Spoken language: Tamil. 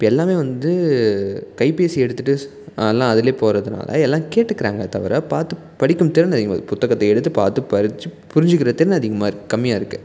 இப்போ எல்லாம் வந்து கைபேசியை எடுத்துட்டு எல்லாம் அதுலேயே போறதுனால் எல்லாம் கேட்டுக்கிறாங்களே தவிர பார்த்து படிக்கும் திறன் அதிகமாக புத்தகத்தை எடுத்து பார்த்து படித்து புரிஞ்சிக்கின்ற திறன் அதிகமாக இருக் கம்மியாக இருக்குது